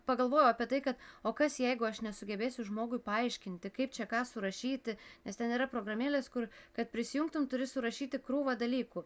pagalvojau apie tai kad o kas jeigu aš nesugebėsiu žmogui paaiškinti kaip čia ką surašyti nes ten yra programėlės kur kad prisijungtum turi surašyti krūvą dalykų